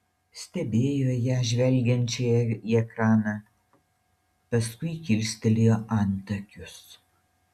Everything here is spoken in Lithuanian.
stebėjo ją žvelgiančią į ekraną paskui kilstelėjo antakius